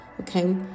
okay